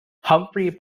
humphrey